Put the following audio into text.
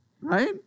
Right